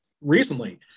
recently